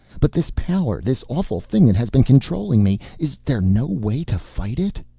but this power this awful thing that has been controlling me is there no way to fight it?